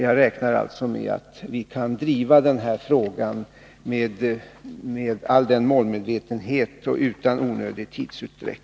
Jag räknar med att vi kan driva denna fråga med all målmedvetenhet och utan onödig tidsutdräkt.